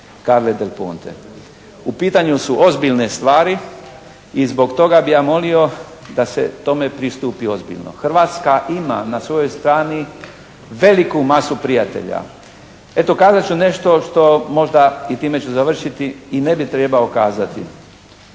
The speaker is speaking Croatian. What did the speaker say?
Carle del Ponte. U pitanju su ozbiljne stvari i zbog toga bi ja molio da se tom pristupi ozbiljno. Hrvatska ima na svojoj strani veliku masu prijatelja. Eto kazat ću nešto što možda, i time ću završiti i ne bi trebao kazati.